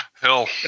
hell